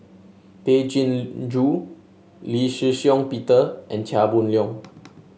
Tay Chin Joo Lee Shih Shiong Peter and Chia Boon Leong